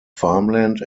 farmland